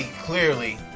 clearly